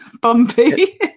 bumpy